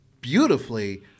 beautifully